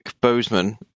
bozeman